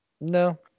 no